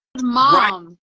mom